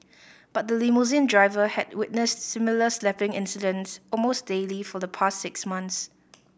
but the limousine driver had witnessed similar slapping incidents almost daily for the past six months